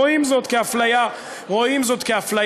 רואים זאת כאפליה לרעתם.